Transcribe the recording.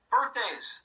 Birthdays